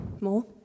more